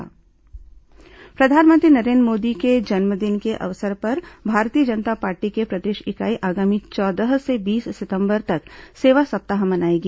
भाजपा सेवा सप्ताह प्रधानमंत्री नरेन्द्र मोदी के जन्मदिन के अवसर पर भारतीय जनता पार्टी की प्रदेश इकाई आगामी चौदह से बीस सितंबर तक सेवा सप्ताह मनाएगी